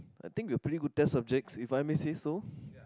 I think we're pretty good test subjects if I may say so